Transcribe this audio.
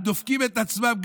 הם דופקים את עצמם.